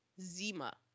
Zima